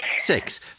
Six